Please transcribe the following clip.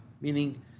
meaning